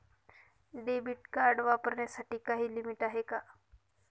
Debit card वापरण्यासाठी काही limit आहे का?